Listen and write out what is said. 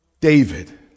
David